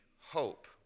hope